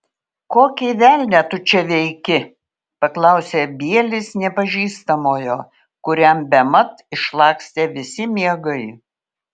kokį velnią tu čia veiki paklausė bielis nepažįstamojo kuriam bemat išlakstė visi miegai